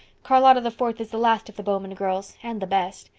charlotta the fourth is the last of the bowman girls, and the best.